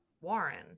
warren